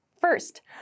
First